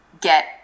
get